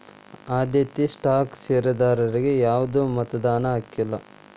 ಆದ್ಯತೆಯ ಸ್ಟಾಕ್ ಷೇರದಾರರಿಗಿ ಯಾವ್ದು ಮತದಾನದ ಹಕ್ಕಿಲ್ಲ